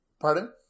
Pardon